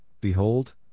Behold